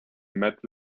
met